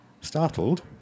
Startled